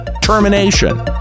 termination